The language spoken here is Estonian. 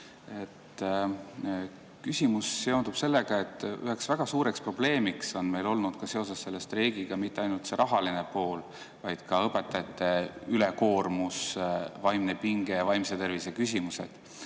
Küsimus seondub sellega, et üks väga suur probleem on meil ka seoses selle streigiga olnud mitte ainult see rahaline pool, vaid ka õpetajate ülekoormus, vaimne pinge, vaimse tervise küsimused.